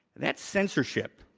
that's censorship.